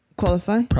Qualify